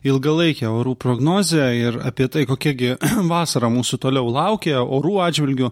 ilgalaikę orų prognozę ir apie tai kokia gi vasara mūsų toliau laukia orų atžvilgiu